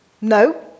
No